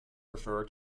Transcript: refer